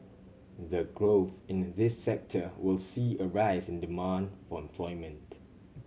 the growth in this sector will see a rise in demand for employment